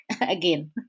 again